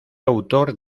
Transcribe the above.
autor